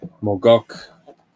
Mogok